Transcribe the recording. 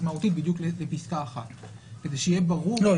מהותית בדיוק לפסקה (1) כדי שיהיה ברור --- לא.